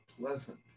pleasant